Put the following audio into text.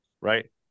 right